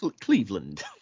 Cleveland